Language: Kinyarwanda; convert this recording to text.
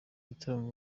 gitaramo